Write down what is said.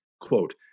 quote